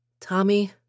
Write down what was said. Tommy